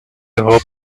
hope